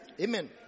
Amen